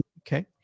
okay